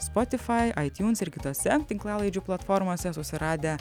spotifai aitiuns ir kitose tinklalaidžių platformose susiradę